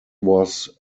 was